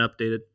updated